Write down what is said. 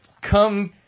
come